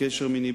קשר מיני,